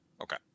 okay